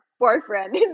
boyfriend